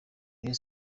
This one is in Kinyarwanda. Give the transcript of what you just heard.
rayon